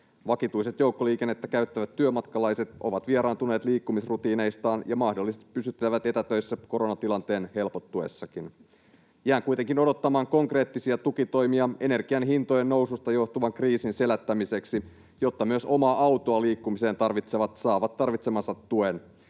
Vakituisesti joukkoliikennettä käyttävät työmatkalaiset ovat vieraantuneet liikkumisrutiineistaan ja mahdollisesti pysyttelevät etätöissä koronatilanteen helpottuessakin. Jään kuitenkin odottamaan konkreettisia tukitoimia energianhintojen noususta johtuvan kriisin selättämiseksi, jotta myös omaa autoa liikkumiseen tarvitsevat saavat tarvitsemansa tuen.